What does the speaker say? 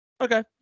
Okay